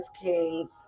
Kings